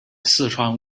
四川